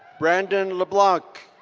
brandon leblanc.